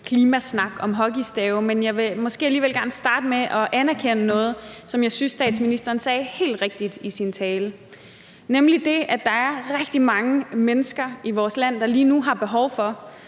klimasnak om hockeystave, men jeg vil måske alligevel gerne starte med at anerkende noget, som jeg synes statsministeren sagde helt rigtigt i sin tale, nemlig det, at der er rigtig mange mennesker i vores land, der lige nu har behov for